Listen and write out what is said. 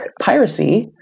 piracy